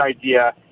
idea